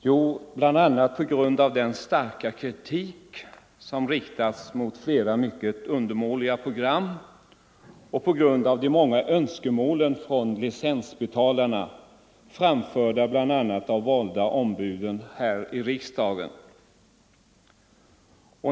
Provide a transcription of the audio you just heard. Jo, på grund av den starka kritik som riktats mot flera mycket undermåliga program och på grund av de många önskemålen från licensbetalarna, framförda bl.a. av de valda ombuden i riksdagen.